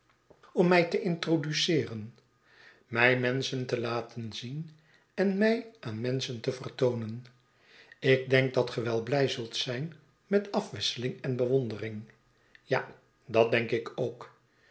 om mij te introduceeren mij menschen te laten zien en mij aan menschen te vertoonen ik denk dat ge wel bly zult z'yn met afwisseling en bewondering ja dat denk ik ook